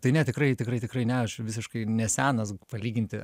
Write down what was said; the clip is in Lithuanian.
tai ne tikrai tikrai tikrai ne aš visiškai nesenas palyginti